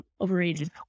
overrated